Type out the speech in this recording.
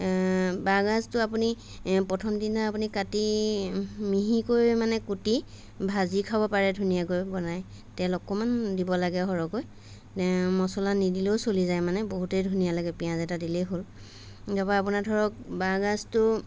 বাঁহ গাজটো আপুনি এ প্ৰথম দিনা আপুনি কাটি মিহিকৈ মানে কুটি ভাজি খাব পাৰে ধুনীয়াকৈ বনাই তেল অকণমান দিব লাগে সৰহকৈ মচলা নিদিলেও চলি যায় মানে বহুতেই ধুনীয়া লাগে পিয়াঁজ এটা দিলেই হ'ল নাইবা আপোনাৰ ধৰক বাঁহ গাজটো